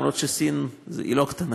אם כי סין היא לא קטנה,